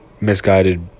misguided